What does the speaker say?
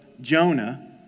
Jonah